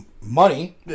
money